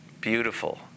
beautiful